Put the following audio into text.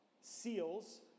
seals